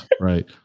Right